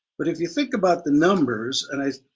but if you think about the numbers, and i,